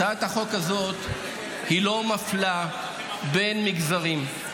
הצעת החוק הזאת לא מפלה בין מגזרים.